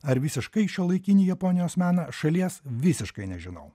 ar visiškai šiuolaikinį japonijos meną šalies visiškai nežinau